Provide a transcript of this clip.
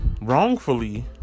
wrongfully